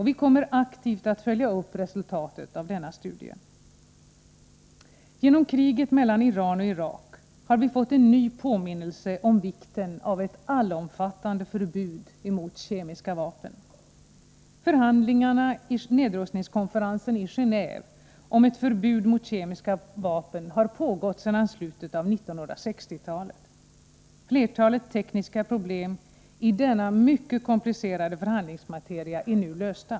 Vi kommer aktivt att följa upp resultatet av denna studie. Genom kriget mellan Iran och Irak har vi fått en ny påminnelse om vikten av ett allomfattande förbud mot kemiska vapen. Förhandlingarna i nedrustningskonferensen i Genåve om ett förbud mot kemiska vapen har pågått sedan slutet av 1960-talet. Flertalet tekniska problem i denna mycket komplicerade förhandlingsmateria är nu lösta.